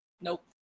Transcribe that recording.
nope